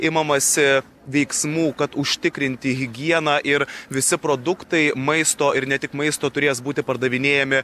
imamasi veiksmų kad užtikrinti higieną ir visi produktai maisto ir ne tik maisto turės būti pardavinėjami